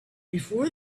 before